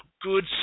good